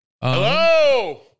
hello